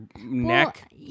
neck